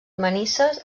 manises